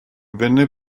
venne